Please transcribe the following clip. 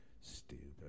Stupid